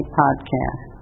podcast